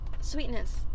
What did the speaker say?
sweetness